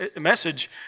message